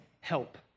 help